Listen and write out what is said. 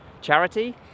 charity